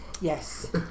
yes